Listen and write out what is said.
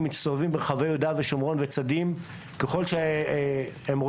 ומסתובבים ברחבי יהודה ושומרון וצדים ככל שהם רוצים.